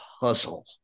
puzzle